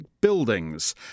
buildings